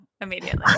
Immediately